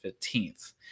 15th